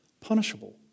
punishable